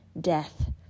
death